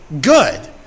good